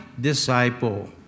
disciple